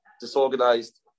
disorganized